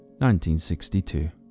1962